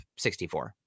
64